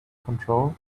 control